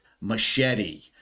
Machete